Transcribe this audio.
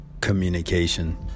communication